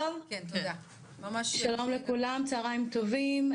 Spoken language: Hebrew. שלום לכולם, צוהריים טובים.